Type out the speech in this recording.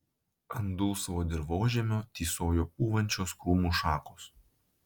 ant dulsvo dirvožemio tysojo pūvančios krūmų šakos